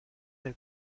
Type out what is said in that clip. del